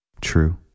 True